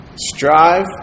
Strive